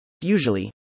Usually